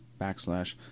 backslash